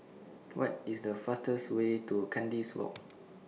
What IS The fastest Way to Kandis Walk